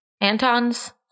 Anton's